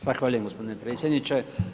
Zahvaljujem gospodine predsjedniče.